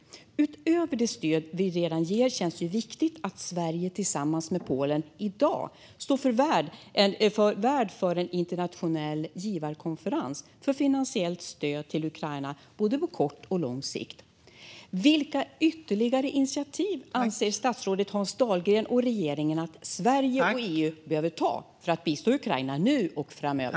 Utöver det stöd vi redan ger känns det viktigt att Sverige tillsammans med Polen i dag står värd för en internationell givarkonferens för finansiellt stöd för Ukraina på både kort och lång sikt. Vilka ytterligare initiativ anser statsrådet Hans Dahlgren och regeringen att Sverige och EU behöver ta för att bistå Ukraina nu och framöver?